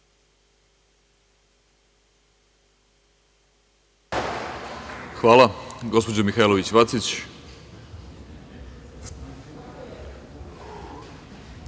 Hvala. Gospođo Mihailović Vacić,